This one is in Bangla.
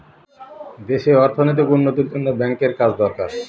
দেশে অর্থনৈতিক উন্নতির জন্য ব্যাঙ্কের কাজ দরকার